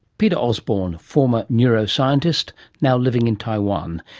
peter osborne, former neuroscientist now living in taiwan.